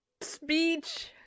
speech